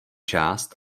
část